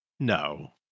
no